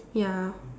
ya